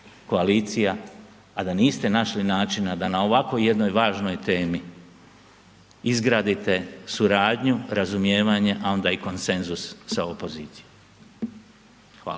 koalicija a da niste našli načina da na ovako jednoj važnoj temi izgradite suradnju, razumijevanje, a onda i konsenzus sa opozicijom. Hvala.